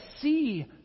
see